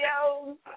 yo